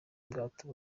ubwato